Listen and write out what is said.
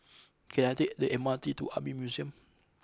can I take the M R T to Army Museum